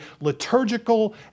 liturgical